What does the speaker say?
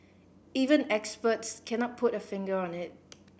even experts cannot put a finger on it